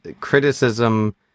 criticism